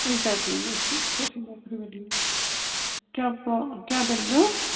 exactly أسۍ چھِ صوفی بٮ۪کری وٲلی کیٛاہ کیٛاہ دٔلیٖل ٲس